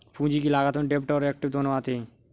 पूंजी की लागत में डेब्ट और एक्विट दोनों आते हैं